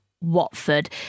Watford